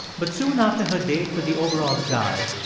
but soon after her date with the overalls guy,